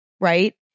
right